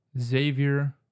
Xavier